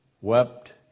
wept